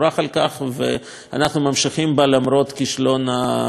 ואנחנו ממשיכים בה למרות כישלון המכרז,